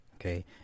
okay